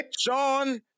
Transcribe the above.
Sean